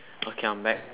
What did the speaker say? okay I'm back